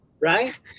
right